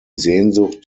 sehnsucht